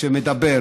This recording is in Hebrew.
שמדבר